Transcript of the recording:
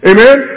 Amen